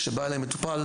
כשבא אליי מטופל,